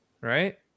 right